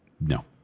No